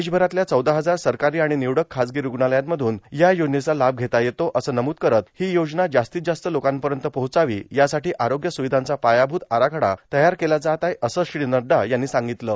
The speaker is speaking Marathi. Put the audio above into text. देशभरातल्या चौदा हजार सरकारी आणि निवडक खाजगी रूग्णालयांमधून या योजनेचा लाभ घेता येतो असं नमूद करत ही योजना जास्तीत लोकांपर्यत पोहोचावी यासाठी आरोग्य स्रविधांचा पायाभूत आराखडा तयार केला जात आहे असं श्री नड्डा यांनी सांगितलं आहे